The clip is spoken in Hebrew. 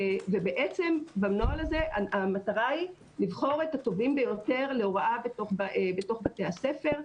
בעצם בנוהל הזה המטרה היא לבחור את הטובים ביותר להוראה בתוך בתי הספר.